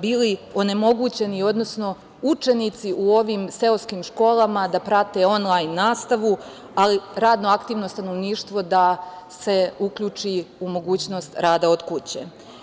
bili onemogućeni, odnosno učenici u ovim seoskim školama da prate nastavu, a radno aktivno stanovništvo da se uključi u mogućnost rada od kuće.